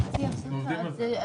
עובדים על זה.